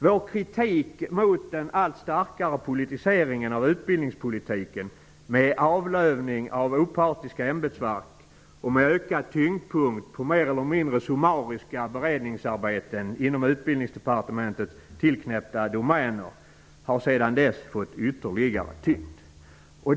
Vår kritik mot den allt starkare politiseringen av utbildningspolitiken, med avlövning av opartiska ämbetsverk och med ökad betoning på mer eller mindre summariska beredningsarbeten inom Utbildningsdepartementets tillknäppta domäner, har fått ytterligare tyngd.